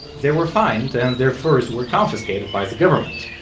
they were fined, and their furs were confiscated by the government,